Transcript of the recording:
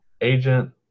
agent